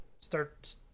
Start